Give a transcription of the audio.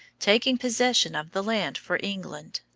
taking possession of the land for england.